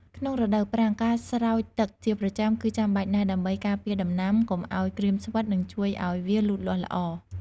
ក្នុងរដូវប្រាំង ការស្រោចទឹកជាប្រចាំគឺចាំបាច់ណាស់ ដើម្បីការពារដំណាំកុំឱ្យក្រៀមស្វិត និងជួយឱ្យវាលូតលាស់ល្អ។